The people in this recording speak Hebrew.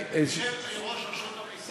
יושב-ראש רשות המסים.